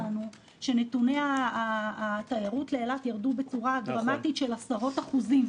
שנתוני התיירות לאילת ירדו בצורה דרמטית של עשרות אחוזים,